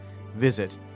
Visit